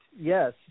Yes